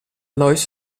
lois